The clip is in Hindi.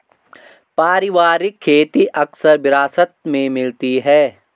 पारिवारिक खेती अक्सर विरासत में मिलती है